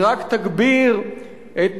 היא רק תגביר את